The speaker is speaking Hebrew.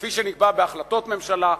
כפי שנקבע בהחלטות הממשלה,